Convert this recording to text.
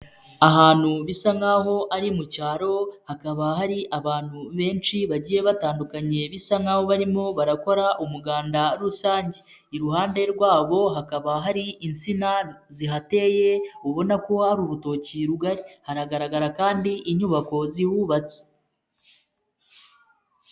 Ahantu bisa nk'aho ari mu cyaro, hakaba hari abantu benshi bagiye batandukanye, bisa nk'aho barimo barakora umuganda rusange, iruhande rwabo hakaba hari insina zihateye ubona ko hari urutoki rugari, hagaragara kandi inyubako zihubatse.